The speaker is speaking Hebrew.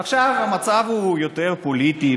עכשיו המצב הוא יותר פוליטי,